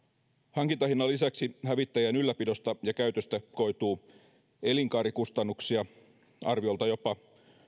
hankintahinnan lisäksi hävittäjien ylläpidosta ja käytöstä koituu elinkaarikustannuksia arviolta jopa